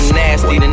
nasty